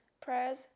prayers